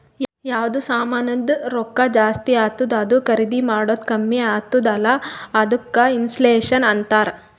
ಯಾವ್ದು ಸಾಮಾಂದ್ ರೊಕ್ಕಾ ಜಾಸ್ತಿ ಆತ್ತುದ್ ಅದೂ ಖರ್ದಿ ಮಾಡದ್ದು ಕಮ್ಮಿ ಆತ್ತುದ್ ಅಲ್ಲಾ ಅದ್ದುಕ ಇನ್ಫ್ಲೇಷನ್ ಅಂತಾರ್